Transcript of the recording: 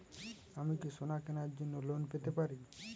আমি কি সোনা কেনার জন্য লোন পেতে পারি?